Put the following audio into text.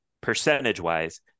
percentage-wise